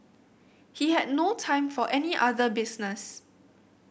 he had no time for any other business